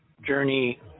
journey